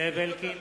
זאב אלקין,